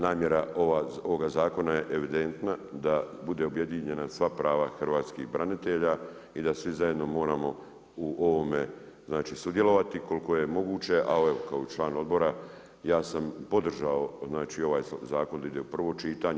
Namjera ovog zakona je evidentna da budu objedinjena sva prava hrvatskih branitelja i da svi zajedno moramo u ovome sudjelovati koliko je moguće, a evo kao član odbora ja sam podržao ovaj zakon da ide u prvo čitanje.